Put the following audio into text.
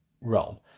realm